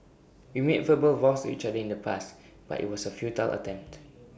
we made verbal vows to each other in the past but IT was A futile attempt